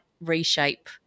reshape